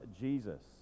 jesus